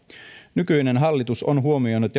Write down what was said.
nykyinen hallitus on huomioinut